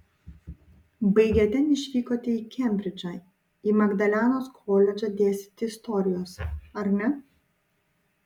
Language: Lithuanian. baigę ten išvykote į kembridžą į magdalenos koledžą dėstyti istorijos ar ne